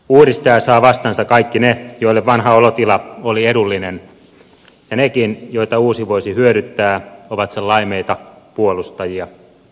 uudistaja saa vastaansa kaikki ne joille vanha olotila oli edullinen ja nekin joita uusi voisi hyödyttää ovat sen laimeita puolustajia